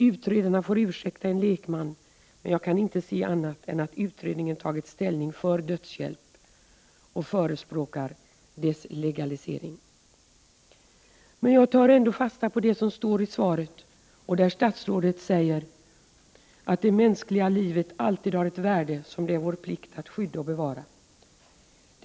Utredarna får ursäkta en lekman, men jag kan inte se annat än att utredningen tagit ställning för dödshjälp och förespråkar dess legalisering.” Jag tar ändå fasta på det som står i svaret, där statsrådet säger att det mänskliga livet alltid har ett värde som det är vår plikt att skydda och bevara.